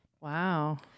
Wow